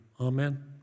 Amen